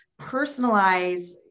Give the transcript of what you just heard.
personalize